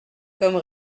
comme